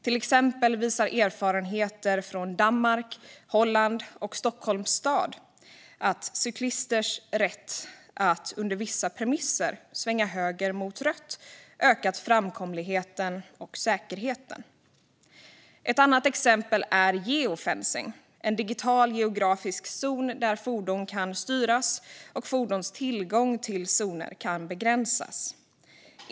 Till exempel visar erfarenheter från Danmark, Holland och Stockholms stad att cyklisters rätt att, under vissa premisser, svänga höger mot rött ökat framkomligheten och säkerheten. Ett annat exempel är geofencing, en digital geografisk zon där fordon kan styras och fordons tillgång till zoner begränsas.